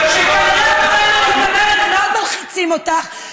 שכנראה הפריימריז במרצ מאוד מלחיצים אותך,